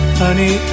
honey